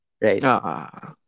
right